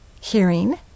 hearing